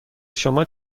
شما